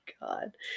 God